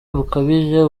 bukabije